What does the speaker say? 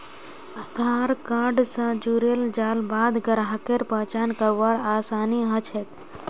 आधार card स जुड़ेल जाल बाद ग्राहकेर पहचान करवार आसानी ह छेक